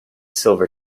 silver